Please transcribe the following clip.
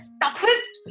toughest